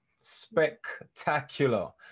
Spectacular